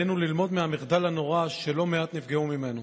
עלינו ללמוד מהמחדל הנורא, שלא מעט נפגעו ממנו.